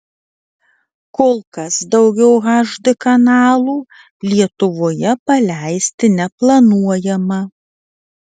kol kas daugiau hd kanalų lietuvoje paleisti neplanuojama